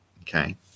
okay